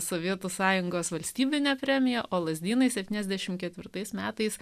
sovietų sąjungos valstybine premija o lazdynai septyniasdešim ketvirtais metais